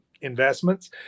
investments